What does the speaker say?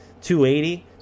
280